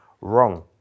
wrong